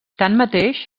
tanmateix